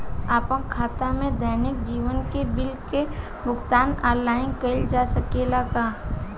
आपन खाता से दैनिक जीवन के बिल के भुगतान आनलाइन कइल जा सकेला का?